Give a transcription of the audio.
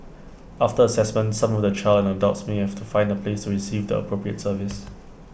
after Assessment some of the child and adults may have to find A place to receive the appropriate service